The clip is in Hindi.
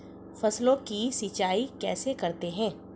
फसलों की सिंचाई कैसे करते हैं?